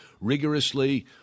rigorously